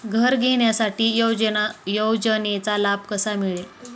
घर घेण्यासाठी योजनेचा लाभ कसा मिळेल?